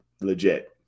legit